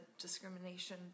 discrimination